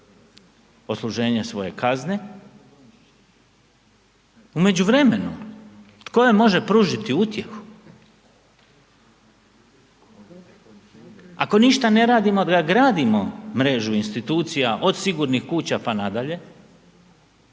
odsluženje svoje kazne. U međuvremenu tko joj može pružiti utjehu, ako ništa ne radimo da gradimo mrežu institucija od sigurnih kuća pa nadalje,